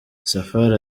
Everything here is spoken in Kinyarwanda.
safari